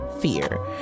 fear